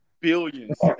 billions